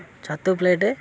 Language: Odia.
ଛତୁ ପ୍ଲେଟ୍